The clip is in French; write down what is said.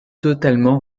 totalement